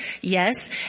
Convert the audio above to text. Yes